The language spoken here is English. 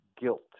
guilt